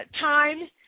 time